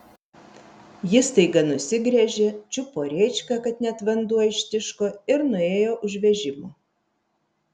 ji staiga nusigręžė čiupo rėčką kad net vanduo ištiško ir nuėjo už vežimo